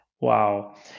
Wow